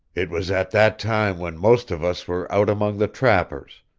it was at that time when most of us were out among the trappers,